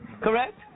Correct